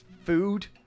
food